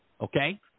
Okay